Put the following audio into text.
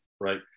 right